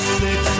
six